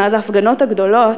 מאז ההפגנות הגדולות,